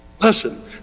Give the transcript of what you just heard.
Listen